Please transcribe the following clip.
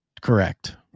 Correct